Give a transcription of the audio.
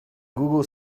google